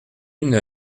une